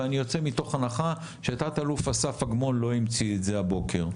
ואני יוצא מתוך הנחה שתת-אלוף אסף אגמון לא המציא את זה הבוקר,